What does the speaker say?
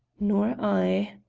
nor i.